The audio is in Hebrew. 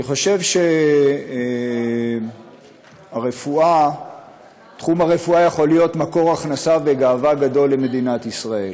אני חושב שתחום הרפואה יכול להיות מקור הכנסה וגאווה גדול למדינת ישראל,